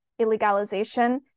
illegalization